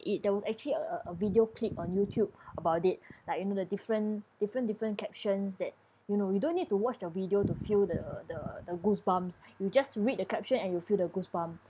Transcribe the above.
it there was actually a a a video clip on youtube about it like you know the different different different captions that you know you don't need to watch the video to feel the the the goosebumps you just read the caption and you'll feel the goosebumps